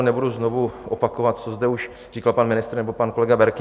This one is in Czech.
Nebudu znovu opakovat, co zde už říkal pan ministr nebo pan kolega Berki.